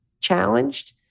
challenged